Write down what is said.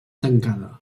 tancada